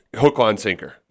hook-on-sinker